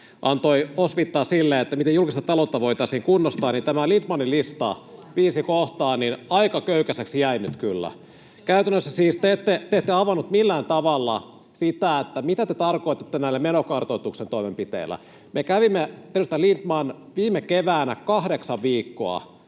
antoi osviittaa sille, miten julkista ta-loutta voitaisiin kunnostaa, niin tämä Lindtmanin lista, viisi kohtaa, aika köykäiseksi jäi nyt kyllä. Käytännössä siis te ette avannut millään tavalla sitä, mitä te tarkoititte näillä menokartoituksen toimenpiteillä. Edustaja Lindtman, me kävimme läpi viime keväänä kahdeksan viikkoa